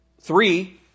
three